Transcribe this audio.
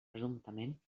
presumptament